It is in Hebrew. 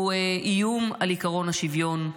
הוא איום על עקרון השוויון,